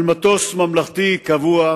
על מטוס ממלכתי קבוע